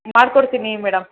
ಮಾಡಿಕೊಡ್ತೀನಿ ಮೇಡಮ್